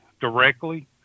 directly